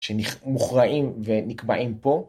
שמוכרעים ונקבעים פה.